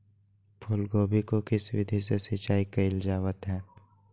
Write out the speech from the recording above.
फूलगोभी को किस विधि से सिंचाई कईल जावत हैं?